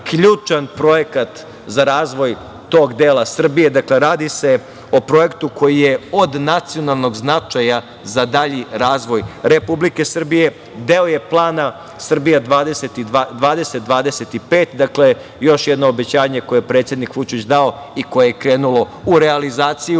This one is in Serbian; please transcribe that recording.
projekat za razvoj tog dela Srbije. Dakle, radi se o projektu koji je od nacionalnog značaja za dalji razvoj Republike Srbije. Deo je plana Srbija 2025, dakle, još jedno obećanje koje je predsednik Vučić dao i koje je krenulo u realizaciju. Inače